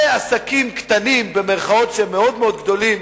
זה "עסקים קטנים" שהם מאוד מאוד גדולים,